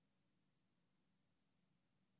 מזכירת הכנסת תקרא בשמותיהם של חברי הכנסת שטרם הצביעו.